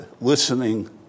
listening